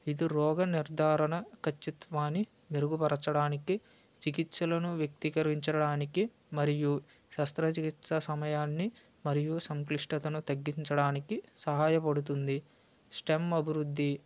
ఇది రోగ నిర్దారణ కచ్చిత్వాన్ని మెరుగుపరచడానికి చికిత్సలను వ్యక్తీకరించడానికి మరియు శస్త్రచికిత్స సమయాన్ని మరియు సంక్లిష్టతను తగ్గించడానికి సహాయపడుతుంది స్టెమ్ అభివృద్ధి